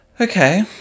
Okay